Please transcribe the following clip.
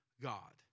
God